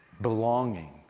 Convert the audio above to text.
belonging